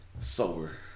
Sober